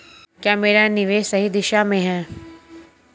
क्या मेरा निवेश सही दिशा में है?